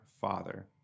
Father